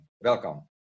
Welcome